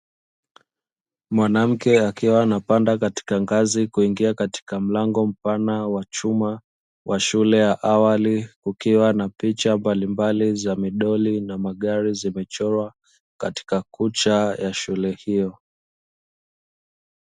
Mwanamke akiwa anapanda katika ngazi kuingia katika mlango mpana wa chuma wa shule ya awali, ukiwa na picha mbalimbali za midori na magari zimechorwa katika kuta ya shule hiyo.